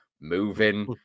moving